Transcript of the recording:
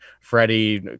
Freddie